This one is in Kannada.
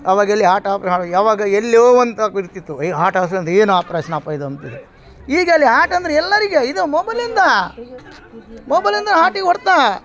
ಅವಾಗ ಎಲ್ಲಿ ಹಾಟ್ ಆಪ್ ಯಾವಾಗ ಏಲ್ಲಿಯೋ ಒಂದಾಗ ಇರುತಿತ್ತು ಏಯ್ ಹಾಟ್ ಏನು ಆಪ್ರೇಸ್ನಪ್ಪ ಇದು ಅಂಬ್ತಿದು ಈಗ ಎಲ್ಲಿ ಹಾಟ್ ಅಂದರೆ ಎಲ್ಲರಿಗೆ ಇದು ಮೊಬೈಲಿಂದ ಮೊಬೈಲಿಂದ ಹಾರ್ಟಿಗೆ ಹೊಡೆತ